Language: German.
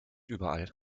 überall